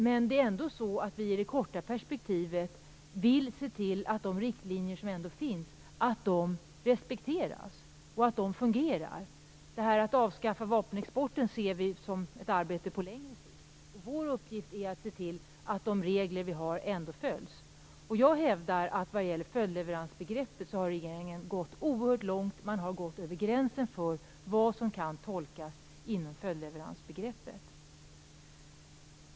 Men i det korta perspektivet vill vi se till att de riktlinjer som ändå finns respekteras och fungerar. Att avskaffa vapenexporten ser vi som ett arbete på längre sikt. Vår uppgift är att se till att de regler vi har följs. Jag hävdar att vad gäller följdleveransbegreppet har regeringen gått oerhört långt; man har gått över gränsen för vad som kan tolkas in i följdleveransbegreppet.